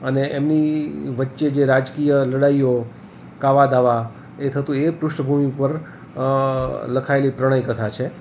અને એમની વચ્ચે જે રાજકીય લડાઈઓ કાવા દાવા એ થતું એ પૃષ્ઠ ભૂમિ ઉપર લખાયેલી પ્રણય કથા છે